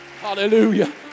Hallelujah